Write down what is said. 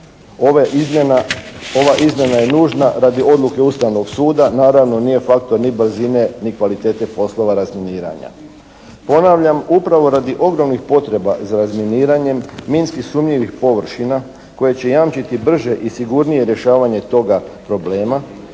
Ova izmjena je nužna radi odluke Ustavnog suda, naravno nije faktor ni brze ni kvalitete poslova razminiranja. Ponavljam upravo radi ogromnih potreba za razminiranjem minski sumnjivih površina koje će jamčiti brže i sigurnije rješavanje toga problema,